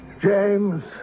James